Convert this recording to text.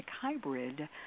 hybrid